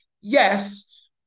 Yes